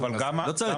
לא צריך,